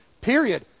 period